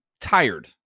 tired